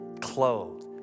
clothed